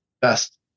best